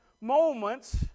moments